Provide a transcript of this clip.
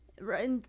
right